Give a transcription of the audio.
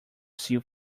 see